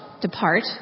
Depart